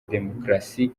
demokarasi